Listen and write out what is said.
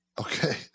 okay